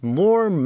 more